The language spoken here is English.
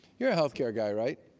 you're a health care guy, right?